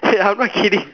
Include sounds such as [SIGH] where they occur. hey [LAUGHS] I'm not kidding